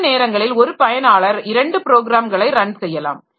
சில நேரங்களில் ஒரு பயனாளர் இரண்டு ப்ரோக்ராம்களை ரன் செய்யலாம்